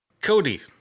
Cody